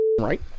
right